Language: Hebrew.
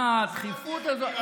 מה הדחיפות הזאת?